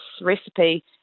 recipe